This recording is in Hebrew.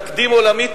תקדים עולמי,